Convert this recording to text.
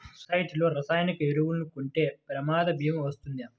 సొసైటీలో రసాయన ఎరువులు కొంటే ప్రమాద భీమా వస్తుందా?